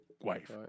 wife